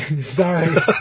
sorry